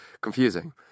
confusing